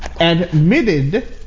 admitted